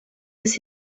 des